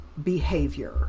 behavior